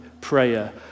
prayer